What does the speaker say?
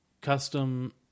custom